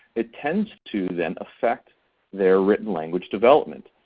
it tends to then affect their written language development.